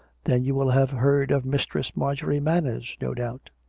then you will have heard of mis tress marjorie manners, no doubt.